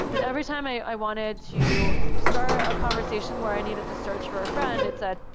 then every time i i wanted to start a conversation where i needed to search for a friend, it said,